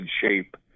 shape